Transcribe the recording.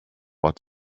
att